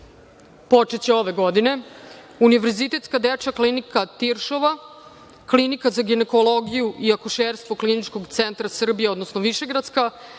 počeće ove godine: Univerzitetska dečja klinika „Tiršova“, Klinika za ginekologiju i akušerstvo Kliničkog centra Srbije, odnosno Višegradska,